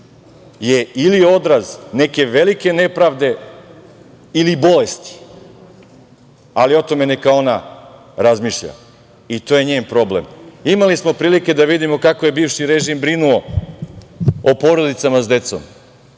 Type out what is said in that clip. je ili odraz neke velike nepravde ili bolesti, ali o tome neka ona razmišlja i to je njen problem. Imali smo prilike da vidimo kako je bivši režim brinuo o porodicama sa decom.